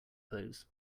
pose